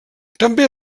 també